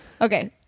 Okay